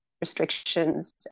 restrictions